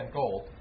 gold